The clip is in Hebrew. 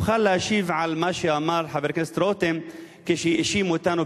נוכל להשיב על מה שאמר חבר הכנסת רותם כשהאשים אותנו